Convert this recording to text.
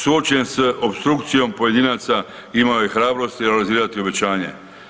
Suočen s opstrukcijom pojedinaca imao je hrabrosti realizirati obećanje.